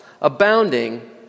abounding